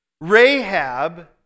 Rahab